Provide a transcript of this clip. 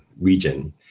region